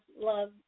Love